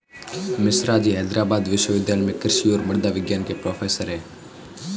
मिश्राजी हैदराबाद विश्वविद्यालय में कृषि और मृदा विज्ञान के प्रोफेसर हैं